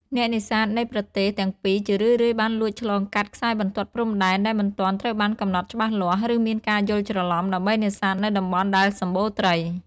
អ្នកនេសាទនៃប្រទេសទាំងពីរជារឿយៗបានលួចឆ្លងកាត់ខ្សែបន្ទាត់ព្រំដែន ដែលមិនទាន់ត្រូវបានកំណត់ច្បាស់លាស់ ឬមានការយល់ច្រឡំ ដើម្បីនេសាទនៅតំបន់ដែលសម្បូរត្រី។